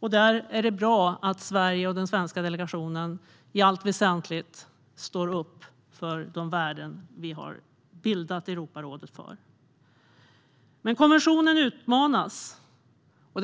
och där är det bra att Sverige och den svenska delegationen i allt väsentligt står upp för de värden vi har bildat Europarådet för. Konventionen utmanas alltså.